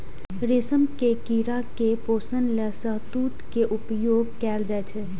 रेशम के कीड़ा के पोषण लेल शहतूत के उपयोग कैल जाइ छै